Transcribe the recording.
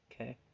Okay